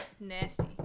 Nasty